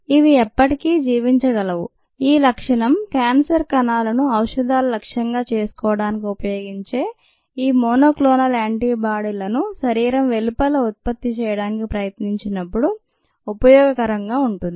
ఇవి ఎప్పటికీ జీవించగలవు - ఈ లక్షణం క్యాన్సర్ కణాలను ఔషధాలు లక్ష్యంగా చేసుకోవడానిక ఉపయోగించే ఈ మోనోక్లోనల్ యాంటీబాడీలను శరీరం వెలుపల ఉత్పత్తి చేయడానికి ప్రయత్నించినప్పుడు ఉపయోగకరంగా ఉంటుంది